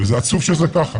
וזה עצוב שזה ככה.